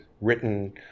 written